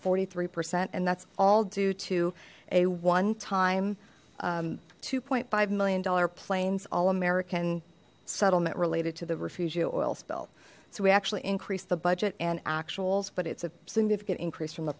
forty three percent and that's all due to a one time two point five million dollar planes all american settlement related to the refugio oil spill so we actually increased the budget and actuals but it's a significant increase from the